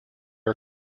are